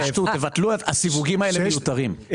הסיווגים האלה מיותרים.